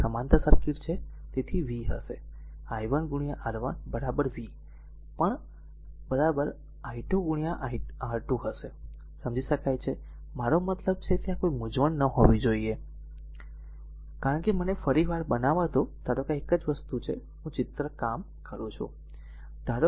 તેથી તે એક સમાંતર સર્કિટ છે તેથી v હશે i1 R1 v પણ r i2 R2 હશે સમજી શકાય છે મારો મતલબ છે કે ત્યાં કોઈ મૂંઝવણ ન હોવી જોઈએ કારણ કે મને ફરી એક વાર બનાવવા દો ધારો કે આ એક જ વસ્તુ છે હું ચિત્રકામ કરું છું